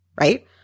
right